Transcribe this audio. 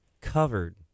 covered